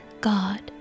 God